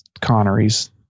Connery's